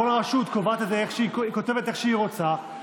כל רשות כותבת איך שהיא רוצה,